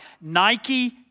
Nike